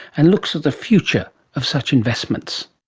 and looks at the future of such investments.